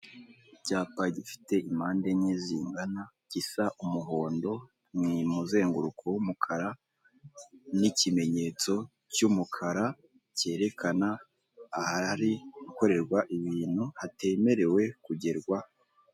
Icyapa gifite impande enye zingana gisa umuhondo mwi muzenguruko w'umukara nikimenyetso cy'umukara cyerekana ahari gukorerwa ibintu hatemerewe kugerwa.